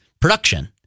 production